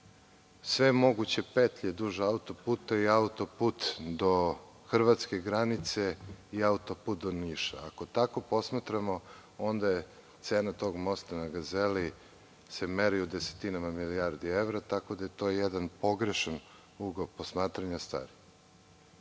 sve moguće petlje duž auto-puta i auto-put do hrvatske granice i auto-put do Niša, ako tako posmatramo, onda se cena tog mosta na Gazeli meri u desetinama milijardi evra, tako da je to jedan pogrešan ugao posmatranja